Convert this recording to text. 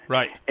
Right